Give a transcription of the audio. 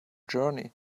journey